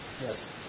Yes